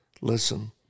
listen